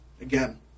again